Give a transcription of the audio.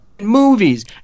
movies